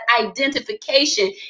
identification